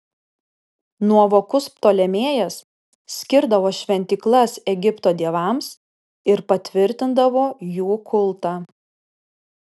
nuovokus ptolemėjas skirdavo šventyklas egipto dievams ir patvirtindavo jų kultą